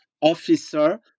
officer